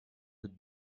would